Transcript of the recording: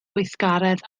weithgaredd